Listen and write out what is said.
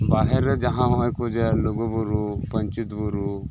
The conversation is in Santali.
ᱵᱟᱦᱮᱨ ᱨᱮ ᱡᱟᱦᱟᱸ ᱱᱚᱜᱼᱚᱭ ᱠᱚ ᱡᱮ ᱞᱩᱜᱩ ᱵᱩᱨᱩ ᱯᱟᱧᱪᱤᱛ ᱵᱩᱨᱩ